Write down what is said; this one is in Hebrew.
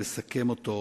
ולסכם אותו,